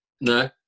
No